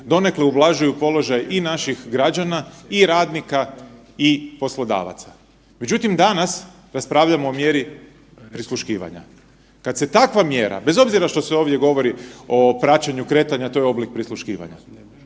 donekle ublažuju položaj i naših građana i radnika i poslodavaca. Međutim, danas raspravljamo o mjeri prisluškivanja. Kada se takva mjera, bez obzira što se ovdje govori o praćenju kretanja to je oblik prisluškivanja.